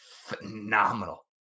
Phenomenal